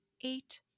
eight